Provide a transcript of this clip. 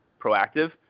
proactive